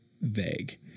vague